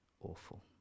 awful